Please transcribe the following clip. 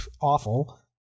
awful